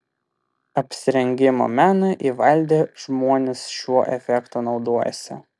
apsirengimo meną įvaldę žmonės šiuo efektu naudojasi